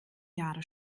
jahre